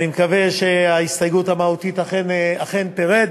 אני מקווה שההסתייגות המהותית אכן תרד,